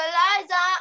Eliza